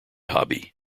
hobby